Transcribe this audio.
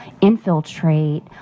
infiltrate